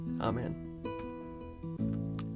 Amen